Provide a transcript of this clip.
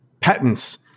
patents